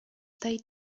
they